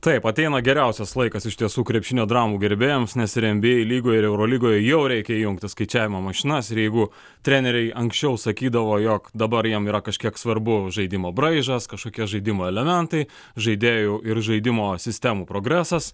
taip ateina geriausias laikas iš tiesų krepšinio dramų gerbėjams nes ir nba lygoje ir eurolygoje jau reikia įjungti skaičiavimo mašinas ir jeigu treneriai anksčiau sakydavo jog dabar jiem yra kažkiek svarbu žaidimo braižas kažkokie žaidimo elementai žaidėjų ir žaidimo sistemų progresas